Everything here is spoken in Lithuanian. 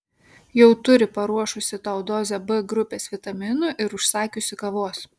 jau turi paruošusi tau dozę b grupės vitaminų ir užsakiusi kavos